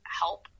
help